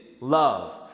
love